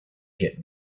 get